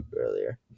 earlier